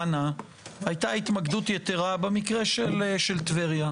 בצדק בנימוקים של חבר הכנסת כהנא הייתה התמקדות יתרה במקרה של טבריה,